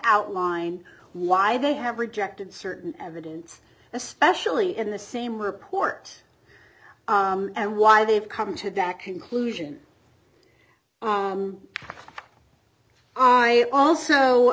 outline why they have rejected certain evidence especially in the same report and why they've come to that conclusion i also